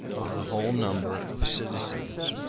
of the whole number of citizens